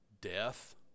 Death